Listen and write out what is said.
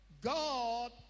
God